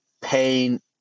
pain